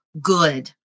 good